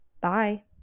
Bye